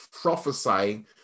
prophesying